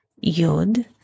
yod